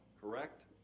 Correct